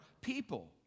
people